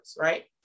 right